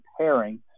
pairing